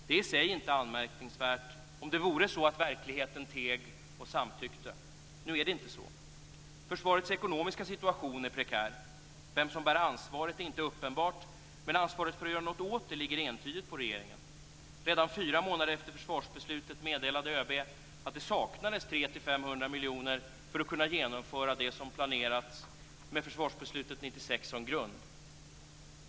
Det är i sig inte anmärkningsvärt om det vore så att verkligheten teg och samtyckte. Nu är det inte så. Försvarets ekonomiska situation är prekär. Vem som bär ansvaret är inte uppenbart, men ansvaret för att göra något åt det ligger entydigt på regeringen. Redan fyra månader efter försvarsbeslutet meddelade ÖB att det saknades 300-500 miljoner för att kunna genomföra det som planerats med försvarsbeslutet 1996 som grund.